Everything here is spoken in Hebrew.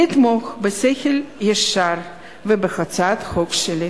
לתמוך בשכל הישר ובהצעת החוק שלי.